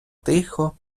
тихо